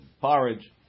porridge